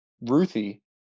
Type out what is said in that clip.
ruthie